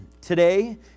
Today